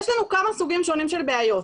יש לנו כמה סוגים שונים של בעיות: